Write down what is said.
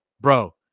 bro